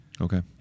Okay